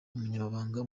umunyamabanga